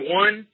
one